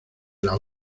las